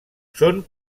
són